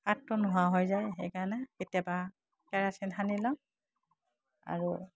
কাঠটো নোহোৱা হৈ যায় সেইকাৰণে কেতিয়াবা কেৰাচিন সানি লওঁ আৰু